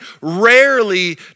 rarely